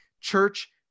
Church